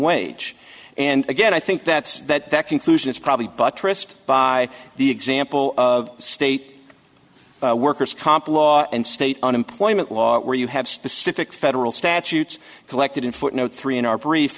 wage and again i think that that that conclusion is probably buttressed by the example of state worker's comp law and state unemployment law where you have specific federal statutes collected in footnote three in our brief